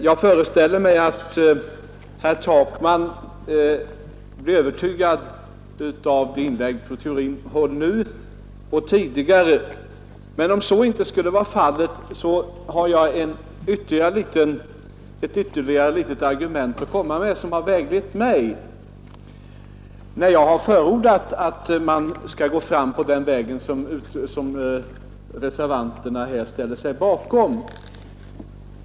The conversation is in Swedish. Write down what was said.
Jag föreställer mig att herr Takman har blivit övertygad av de inlägg som fru Theorin har hållit nu och tidigare, men om så inte skulle vara fallet har jag ytterligare ett litet argument att komma med, som har väglett mig när jag har förordat att man skall gå fram på den väg som reservanterna här har följt.